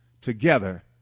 together